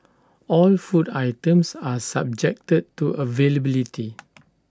all food items are subjected to availability